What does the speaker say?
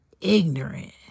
ignorant